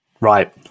Right